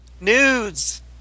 Nudes